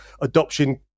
adoption